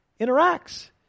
interacts